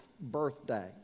birthday